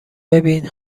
ببین